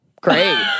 great